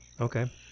okay